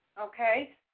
Okay